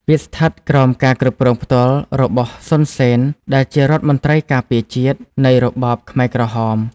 វាស្ថិតក្រោមការគ្រប់គ្រងផ្ទាល់របស់ សុន សេន ដែលជារដ្ឋមន្រ្តីការពារជាតិ នៃរបបខ្មែរក្រហម។